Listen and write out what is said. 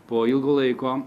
po ilgo laiko